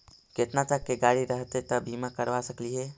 केतना तक के गाड़ी रहतै त बिमा करबा सकली हे?